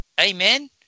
Amen